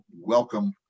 welcome